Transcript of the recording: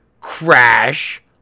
crash